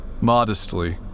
Modestly